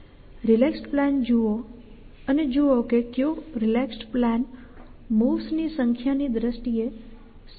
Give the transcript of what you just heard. relaxed plan જુઓ અને જુઓ કે કયો રિલેક્સ્ડ પ્લાન મૂવ્સ ની સંખ્યાની દ્રષ્ટિએ સસ્તું હોઈ શકે